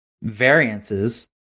variances